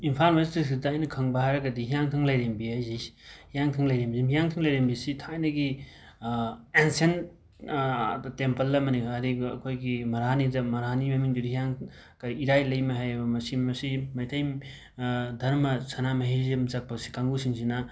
Imphal west district ꯑꯩꯅ ꯈꯪꯕ ꯍꯥꯏꯔꯒꯗꯤ ꯍꯤꯌꯥꯡꯊꯥꯡ ꯂꯩꯔꯦꯝꯕꯤ ꯍꯥꯢꯖꯦ ꯁꯤ ꯍꯤꯌꯥꯡꯊꯥꯡ ꯂꯥꯏꯔꯦꯝꯕꯤ ꯍꯤꯌꯥꯡꯊꯥꯡ ꯂꯩꯔꯦꯝꯕꯤꯁꯤ ꯊꯥꯏꯅꯒꯤ ꯑꯦꯟꯁꯦꯟꯠ ꯑꯗ ꯇꯦꯝꯄꯜ ꯑꯃꯅꯤ ꯍꯥꯢꯗꯤ ꯑꯩꯈꯣꯢꯒꯤ ꯃꯍꯥꯔꯥꯅꯤꯗ ꯃꯍꯥꯔꯥꯅꯤ ꯃꯃꯤꯡꯗꯨꯗꯤ ꯍꯤꯌꯥꯡ ꯀꯩ ꯏꯔꯥꯏ ꯂꯩꯃ ꯍꯥꯏꯌꯦ ꯃꯁꯤ ꯃꯁꯤ ꯃꯩꯇꯩ ꯙꯔꯃ ꯁꯅꯥꯃꯍꯤꯖꯝ ꯆꯠꯄ ꯀꯥꯡꯕꯨꯁꯤꯡꯁꯤꯅ